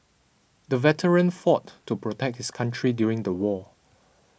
the veteran fought to protect his country during the war